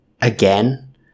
again